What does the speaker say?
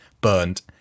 Burned